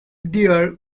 there